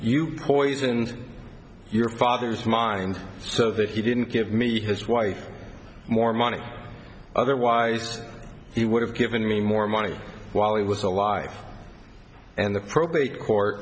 you poisoned your father's mind so that he didn't give me his wife more money otherwise he would have given me more money while he was alive and the probate court